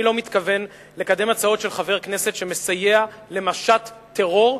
אני לא מתכוון לקדם הצעות של חבר כנסת שמסייע למשט טרור.